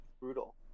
brutal